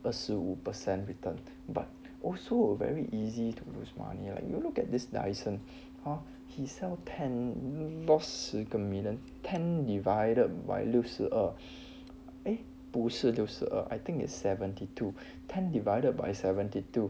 二十五 percent return but also very easy to lose money like you will look at this dyson ah he sell ten loss 十个 million ten divided by 六十二 eh 不是六十二 or I think is seventy two ten divided by seventy two